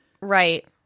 right